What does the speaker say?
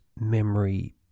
memory